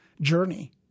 journey